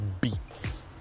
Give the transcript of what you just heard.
beats